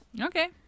Okay